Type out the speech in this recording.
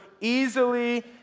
easily